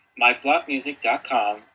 myblockmusic.com